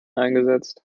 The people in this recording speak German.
eingesetzt